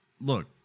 Look